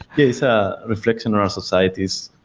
yeah. it's a reflection around societies.